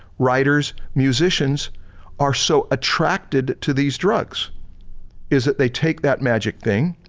writers, musicians are so attracted to these drugs is that they take that magic thing,